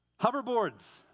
Hoverboards